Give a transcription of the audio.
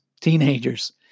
teenagers